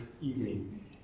evening